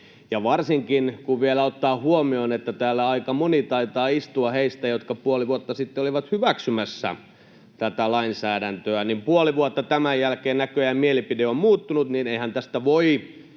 — varsinkin kun vielä ottaa huomioon, että täällä taitaa istua aika moni heistä, jotka puoli vuotta sitten olivat hyväksymässä tätä lainsäädäntöä. Puoli vuotta tämän jälkeen näköjään mielipide on muuttunut. Eihän tästä voi